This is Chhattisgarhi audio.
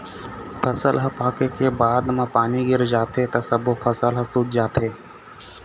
फसल ह पाके के बाद म पानी गिर जाथे त सब्बो फसल ह सूत जाथे